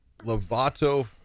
lovato